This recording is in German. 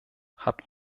hat